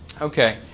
Okay